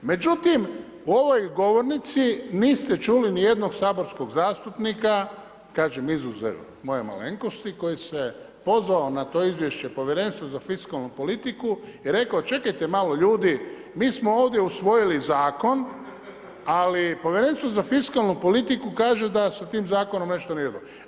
Međutim u ovoj govornici niste čuli nijednog saborskog zastupnika, kažem izuzev moje malenkosti koji se pozvao na to izvješće povjerenstva za fiskalnu politiku i rekao čekajte malo ljudi, mi smo ovdje usvojili zakon, ali povjerenstvo za fiskalnu politiku kaže da sa tim zakonom nešto nije dobro.